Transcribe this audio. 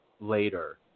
later